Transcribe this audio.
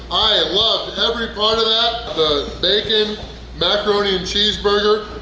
i loved every part of that! the bacon macaroni and cheeseburger,